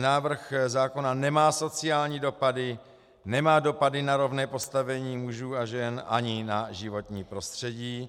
Návrh zákona nemá sociální dopady, nemá dopady na rovné postavení mužů a žen ani na životní prostředí.